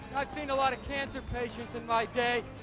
i've seen a lot of cancer patients in my day,